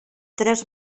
tres